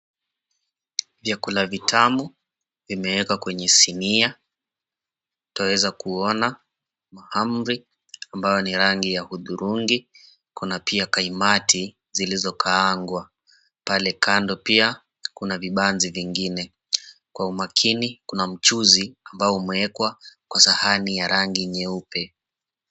Vyakula vitamu vimeekwa kwenye sinia twaweza kuona hamri ambayo ni rangi ya hudhurungi, kuna pia kaimati zilizokaangwa, pale kando pia kuna vibanzi vingine, kwa umakini kuna mchuzi ambao umeekwa kwa sahani ya rangi nyeupe.